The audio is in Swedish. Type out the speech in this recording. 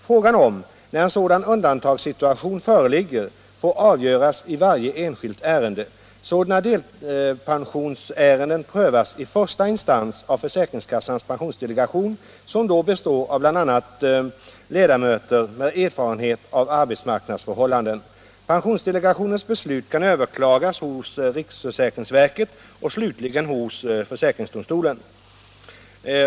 Frågan om när en sådan undantagssituation föreligger får avgöras i varje enskilt ärende. Sådana delpensionsärenden prövas i första instans av försäkringskassans pensionsdelegation, som då består av bl.a. ledamöter med erfarenhet av arbetsmarknadsförhållanden. Pensionsdelegationens beslut kan överklagas hos riksförsäkringsverket och slutligen hos försäkringsdomstolen.